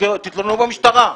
תתלוננו במשטרה.